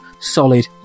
solid